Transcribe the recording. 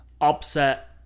upset